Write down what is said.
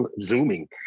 Zooming